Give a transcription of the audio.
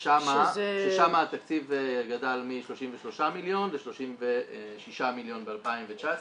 ששם התקציב גדל מ-33 מיליון ל-36 מיליון ב-2019.